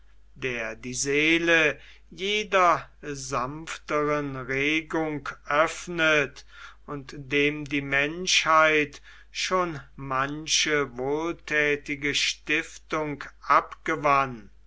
der die seele jeder sanftern regung öffnet und dem die menschheit schon manche wohlthätige stiftung abgewann